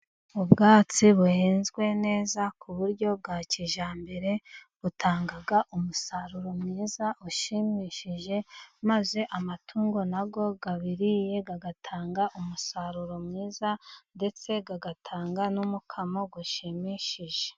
Ubwatsi buhinzwe neza ku buryo bwa kijyambere, butanga umusaruro mwiza ushimishije maze amatungo nayo yaburiye agatanga umusaruro mwiza ndetse agatanga n'umukamo ushimishije.